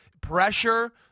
pressure